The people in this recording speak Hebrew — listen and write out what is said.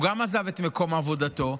גם הוא עזב את מקום עבודתו.